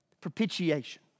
propitiation